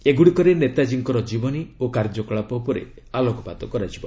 ଏଗୁଡ଼ିକରେ ନେତାକୀଙ୍କର ଜୀବନୀ ଓ କାର୍ଯ୍ୟକଳାପ ଉପରେ ଆଲୋକପାତ କରାଯିବ